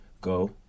go